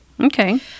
Okay